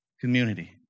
community